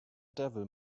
devil